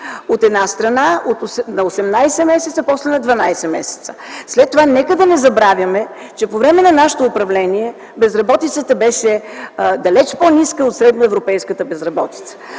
социални помощи, на 18 месеца, после на 12 месеца; второ, не забравяйте, че по време на нашето управление безработицата беше далеч по-ниска от средноевропейската безработица.